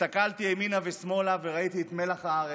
הסתכלתי ימינה ושמאלה וראיתי את מלח הארץ,